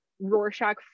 Rorschach